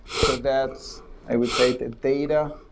so that's i would say the data,